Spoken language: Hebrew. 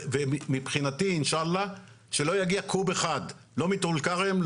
--- מבחינתי אינשאללה שלא יגיע קוב אחד מטול כרם ,